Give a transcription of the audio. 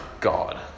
God